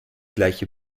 gleiche